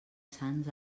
sants